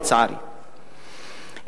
לצערי,